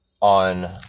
on